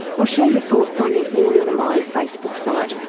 or share your thoughts on the all in the mind facebook site.